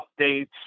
updates